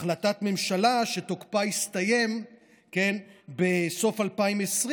זו החלטת ממשלה שתוקפה הסתיים בסוף 2020,